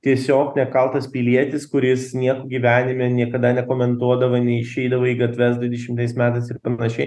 tiesiog nekaltas pilietis kuris nieko gyvenime niekada nekomentuodavai neišeidavo į gatves du dešimtais metais ir panašiai